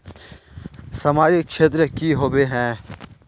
सामाजिक क्षेत्र की होबे है?